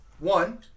One